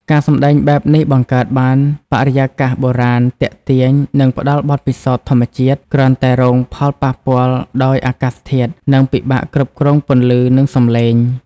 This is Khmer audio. ការសម្តែងបែបនេះ បង្កើតបានបរិយាកាសបុរាណ ទាក់ទាញ និងផ្តល់បទពិសោធន៍ធម្មជាតិ គ្រាន់តែរងផលប៉ះពាល់ដោយអាកាសធាតុ និងពិបាកគ្រប់គ្រងពន្លឺ និងសម្លេង។